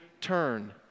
turn